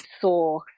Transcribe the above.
saw